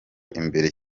imbere